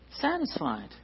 Satisfied